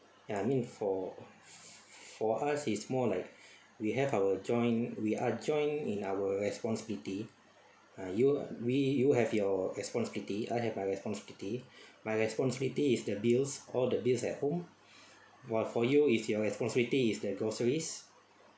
ya I mean for for us it's more like we have our joint we are join in our responsibility ah you we you have your responsibility I have my responsibility my responsibility is the bills all the bills at home while for you is your responsibility is that groceries